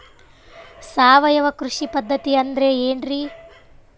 ಸಾವಯವ ಕೃಷಿ ಪದ್ಧತಿ ಅಂದ್ರೆ ಏನ್ರಿ?